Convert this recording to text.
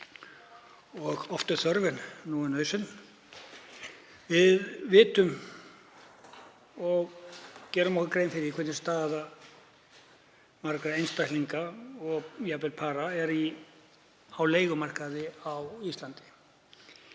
Oft var þörf en nú er nauðsyn. Við gerum okkur grein fyrir því hvernig staða margra einstaklinga og jafnvel para er á leigumarkaði á Íslandi.